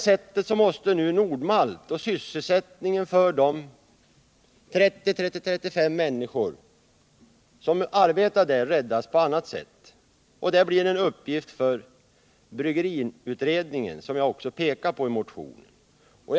Nu måste Nord-Malt och sysselsättningen för de 30-35 människor som arbetar där räddas på annat sätt, och det blir en uppgift för bryggeriutredningen, som jag också pekar på i min motion.